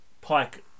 Pike